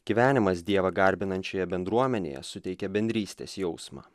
gyvenimas dievą garbinančioje bendruomenėje suteikia bendrystės jausmą